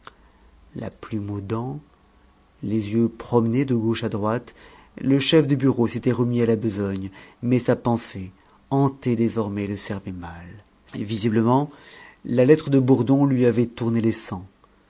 la plume aux dents les yeux promenés de gauche à droite le chef de bureau s'était remis à la besogne mais sa pensée hantée désormais le servait mal visiblement la lettre de bourdon lui avait tourné les sangs